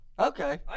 Okay